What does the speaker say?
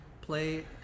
play